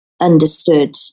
understood